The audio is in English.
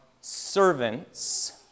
servants